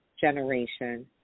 generation